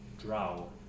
drow